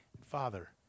Father